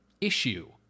issue